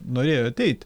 norėjo ateit